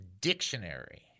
Dictionary